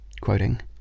quoting